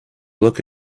look